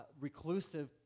reclusive